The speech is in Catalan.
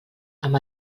amb